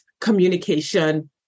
communication